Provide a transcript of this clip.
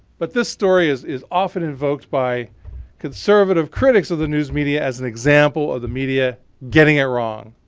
but this story is is often invoked by conservative critics of the news media as an example of the media getting it wrong.